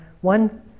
One